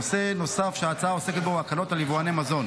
נושא נוסף שההצעה עוסק בו הוא הקלות על יבואני מזון.